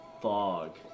fog